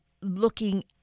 looking